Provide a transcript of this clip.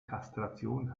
kastration